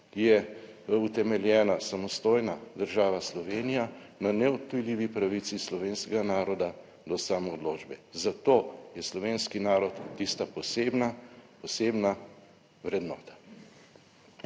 je utemeljena samostojna država Slovenija na neodtujljivi pravici slovenskega naroda do samoodločbe, zato je slovenski narod tista posebna, posebna